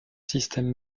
système